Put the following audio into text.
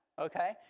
okay